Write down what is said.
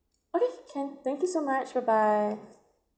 okay can thank you so much bye bye